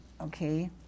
okay